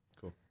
cool